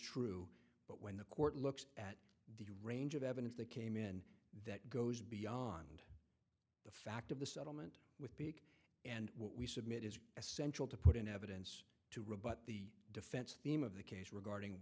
true but when the court looks at the range of evidence that came in that goes beyond the fact of the settlement with big and we submit is essential to put in evidence to rebut the defense theme of the case regarding